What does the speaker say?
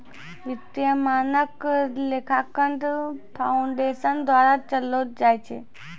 वित्तीय मानक लेखांकन फाउंडेशन द्वारा चलैलो जाय छै